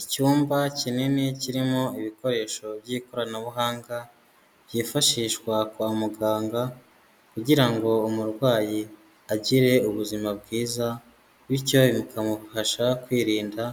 Icyumba kinini kirimo ibikoresho by'ikoranabuhanga, byifashishwa kwa muganga, kugira ngo umurwayi agire ubuzima bwiza, bityo bikamufasha kwirinda